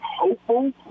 hopeful